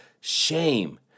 shame